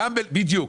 בדיוק,